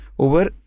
over